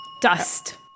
Dust